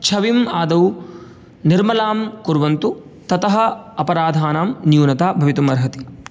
छविम् आदौ निर्मलां कुर्वन्तु ततः अपराधानां न्यूनता भवितुम् अर्हति